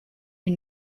die